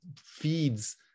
feeds